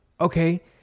okay